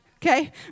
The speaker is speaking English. Okay